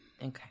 okay